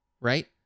right